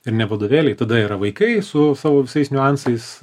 ir ne vadovėliai tada yra vaikai su savo visais niuansais